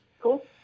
cool